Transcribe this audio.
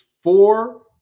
four –